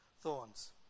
thorns